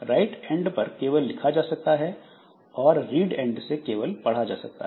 right end पर केवल लिखा जा सकता है और रीड एंड से केवल पढ़ा जा सकता है